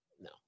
No